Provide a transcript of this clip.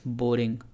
boring